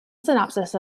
synopsis